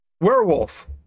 Werewolf